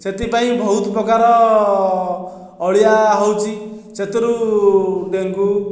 ସେଥିପାଇଁ ବହୁତ ପ୍ରକାର ଅଳିଆ ହେଉଛି ସେଥିରୁ ଡେଙ୍ଗୁ